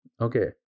Okay